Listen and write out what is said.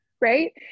right